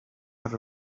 have